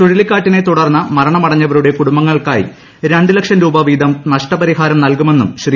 ചുഴലിക്കാറ്റിനെ തുടർന്ന് മരണമടഞ്ഞവരുടെ കുടുംബങ്ങൾക്കായി രണ്ടുലക്ഷം രൂപ വീതം നഷ്ടപരിഹാരം നൽകുമെന്നും ശ്രീ